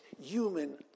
human